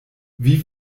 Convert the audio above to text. wie